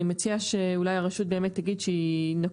אני מציעה שאולי הרשות באמת תגיד שחלק